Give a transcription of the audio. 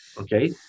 Okay